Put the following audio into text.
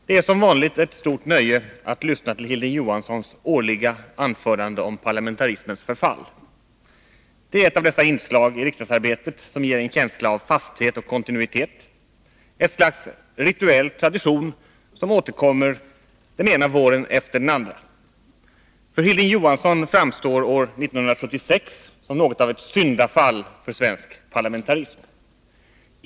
Herr talman! Det är som vanligt ett stort nöje att lyssna till Hilding Johanssons årliga anförande om parlamentarismens förfall. Det är ett av dessa inslag i riksdagsarbetet som ger en känsla av fasthet och kontinuitet, ett slags rituell tradition som återkommer den ena våren efter den andra. För Hilding Johansson framstår det som förekom år 1976 som något av ett syndafall för svensk parlamentarism.